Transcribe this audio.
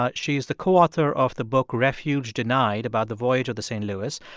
but she is the co-author of the book refuge denied about the voyage of the st. louis.